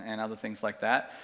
and other things like that.